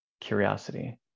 curiosity